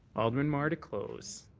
alderman mar to close.